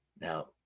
Now